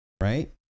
right